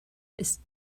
ist